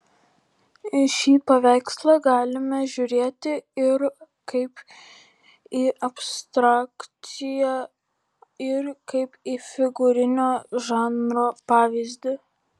į šį paveikslą galime žiūrėti ir kaip į abstrakciją ir kaip į figūrinio žanro pavyzdį